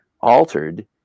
altered